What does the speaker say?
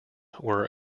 were